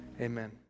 amen